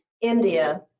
India